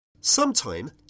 Sometime